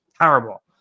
terrible